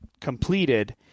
completed